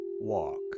walk